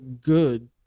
good